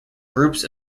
groups